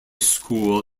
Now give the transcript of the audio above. school